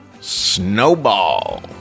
Snowball